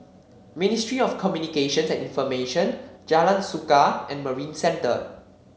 Ministry of Communications and Information Jalan Suka and Marina Centre